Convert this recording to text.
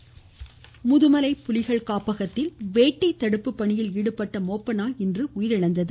மோப்ப நாய் முதுமலை புலிகள் காப்பகத்தில் வேட்டை தடுப்பு பணியில் ஈடுபட்ட மோப்ப நாய் இன்று உயிரிழந்தது